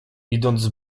idąc